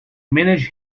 managed